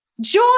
Joy